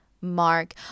Mark